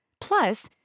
Plus